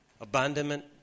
abandonment